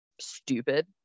stupid